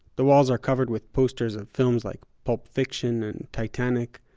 the walls are covered with posters of films like pulp fiction and titanic,